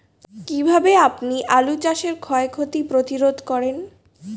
কীভাবে আপনি আলু চাষের ক্ষয় ক্ষতি প্রতিরোধ করেন?